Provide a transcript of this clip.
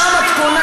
שם את קונה,